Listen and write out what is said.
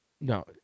No